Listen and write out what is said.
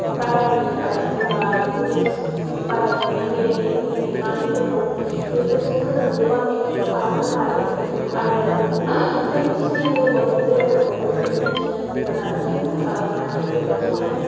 बाहेरनि जेनबा टुरिस बाहेरनिफ्राय बेरायनो फैनाय मानायफोरखौ बेफोरजोंबो जों गोबां एट्रेक्ट खालामनो हायो आरो जोंनि स्केल लेभल लेभेलखौबो जों बिदिनो डेभ्लप खालामनो हायो बेफोरजोंहाय